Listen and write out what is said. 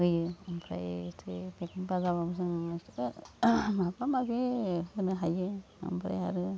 होयो ओमफ्रायथो बेखौबा जाबा जों माबा माबि होनो हायो ओमफ्राय आरो